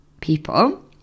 people